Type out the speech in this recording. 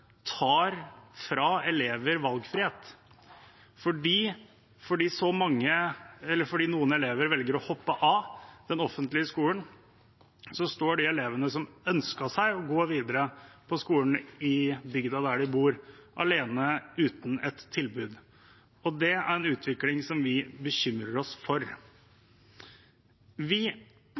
tar fra elever valgfrihet. Fordi noen elever velger å hoppe av den offentlige skolen, står de elevene som ønsket å gå videre på skolen i bygda der de bor, alene uten et tilbud. Det er en utvikling vi bekymrer oss for. Vi